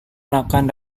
makan